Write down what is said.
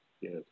Yes